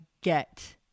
get